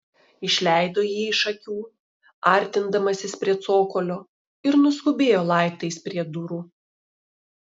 išleido jį iš akių artindamasis prie cokolio ir nuskubėjo laiptais prie durų